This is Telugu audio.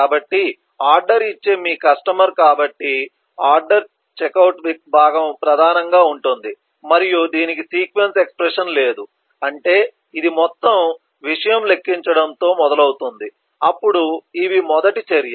కాబట్టి ఆర్డర్ ఇచ్చే మీ కస్టమర్ కాబట్టి ఆర్డర్ చెక్అవుట్ భాగం ప్రధానంగా ఉంటుంది మరియు దీనికి సీక్వెన్స్ ఎక్స్ప్రెషన్ లేదు అంటే ఇది మొత్తం విషయం లెక్కించడంతో మొదలవుతుంది అప్పుడు ఇవి మొదటి చర్య